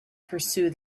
pursue